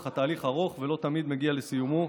אך התהליך ארוך ולא תמיד מגיע לסיומו.